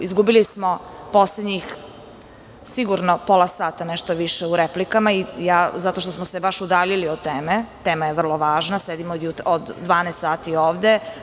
Izgubili smo poslednjih pola sata i nešto više u replikama zato što smo se baš udaljiliod teme, tema je vrlo važna, sedimo od 12,00 sati ovde.